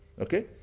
okay